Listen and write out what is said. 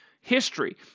history